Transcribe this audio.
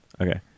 okay